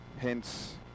Hence